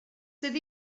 sydd